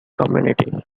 community